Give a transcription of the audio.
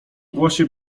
głosie